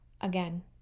again